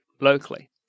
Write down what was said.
locally